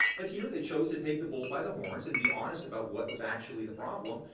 but here, they chose to take the bull by the horns and be honest about what was actually the problem,